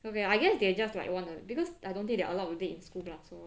okay I guess they are just like want err because I don't think they are allowed to date in school lah so